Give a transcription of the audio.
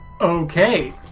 Okay